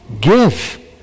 give